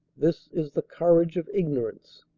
this is the courage of ignorance.